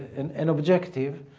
and an objective,